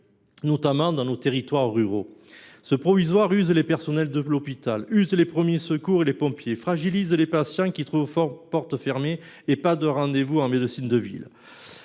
notamment dans nos territoires ruraux ? Ce provisoire use les personnels de l’hôpital, il use les premiers secours et les pompiers, il fragilise des patients qui trouvent porte close et n’ont pas de rendez vous en médecine de ville.